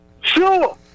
Sure